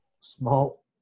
small